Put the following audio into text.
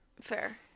Fair